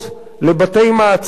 לבתי-מעצר,